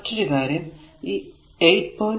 പിന്നെ മറ്റൊരു കാര്യം ഈ 8